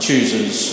Chooses